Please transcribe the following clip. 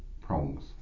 prongs